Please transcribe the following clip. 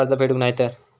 कर्ज फेडूक नाय तर?